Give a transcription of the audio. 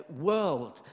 world